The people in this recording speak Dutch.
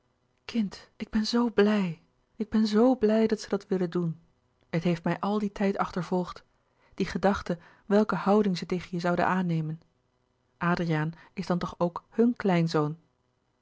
ik ben zoo blij ik ben zoo blij dat ze dat willen doen het heeft mij al dien tijd achtervolgd die gedachte welke houding ze tegen je zouden aannemen adriaan is dan toch ook hun kleinzoon